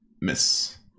miss